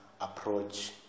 approach